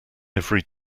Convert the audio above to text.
every